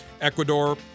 ecuador